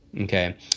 Okay